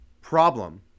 Problem